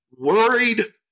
worried